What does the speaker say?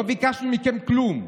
לא ביקשנו מכם כלום.